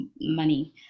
money